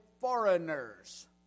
foreigners